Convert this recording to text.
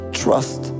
trust